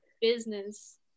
business